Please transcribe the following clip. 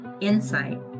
insight